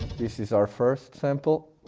this is our first sample